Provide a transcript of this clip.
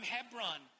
Hebron